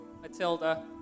Matilda